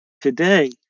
today